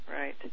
right